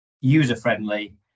user-friendly